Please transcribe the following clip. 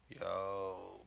yo